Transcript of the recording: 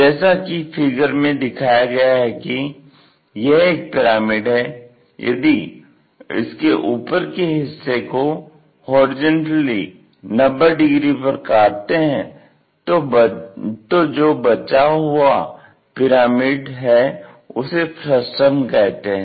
जैसा कि फिगर में दिखा गया है कि यह एक पिरामिड है यदि इसके ऊपर के हिस्से को होरिजेंटली 90 डिग्री पर काटते हैं तो जो बचा हुआ पिरामिड है उसे फ्रस्टम कहते हैं